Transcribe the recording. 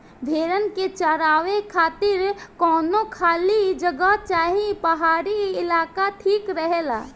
भेड़न के चरावे खातिर कवनो खाली जगह चाहे पहाड़ी इलाका ठीक रहेला